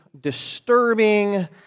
disturbing